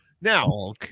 now